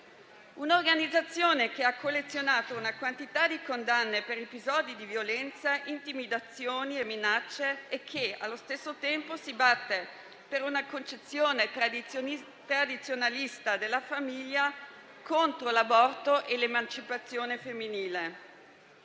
Cassazione, che ha collezionato una quantità di condanne per episodi di violenza, intimidazioni e minacce e che, allo stesso tempo, si batte per una concezione tradizionalista della famiglia, contro l'aborto e l'emancipazione femminile.